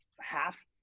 half